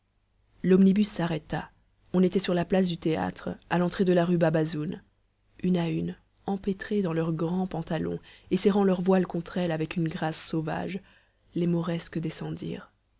l'omnibus s'arrêta on était sur la place du théâtre à l'entrée de la rue bab azoun une à une empêtrées dans leurs grands pantalons et serrant leurs voiles contre elles avec une grâce sauvage les mauresques descendirent